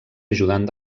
ajudant